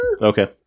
Okay